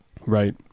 Right